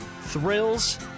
Thrills